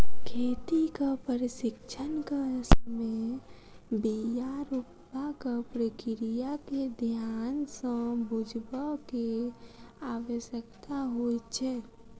खेतीक प्रशिक्षणक समय बीया रोपबाक प्रक्रिया के ध्यान सँ बुझबअ के आवश्यकता होइत छै